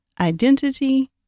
identity